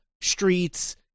streets